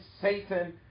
Satan